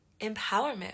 empowerment